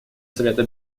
совета